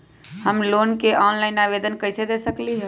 हम लोन के ऑनलाइन आवेदन कईसे दे सकलई ह?